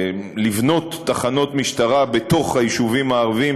לבנות תחנות משטרה בתוך היישובים הערביים,